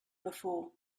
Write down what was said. before